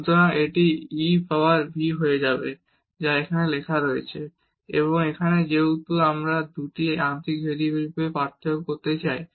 সুতরাং এটি e পাওয়ার v হয়ে যাবে যা এখানে লেখা হয়েছে এবং এখন যেহেতু আমরা এই 2 আংশিক ডেরিভেটিভের পার্থক্য পেতে চাই